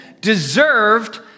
deserved